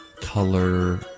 color